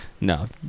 No